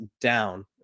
down